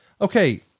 okay